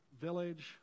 village